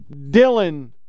Dylan